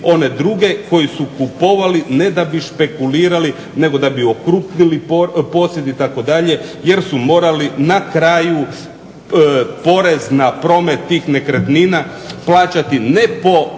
one druge koji su kupovali ne da bi špekulirali, nego da bi okrupnili posjed itd. jer su morali na kraju porez na promet tih nekretnina plaćati ne po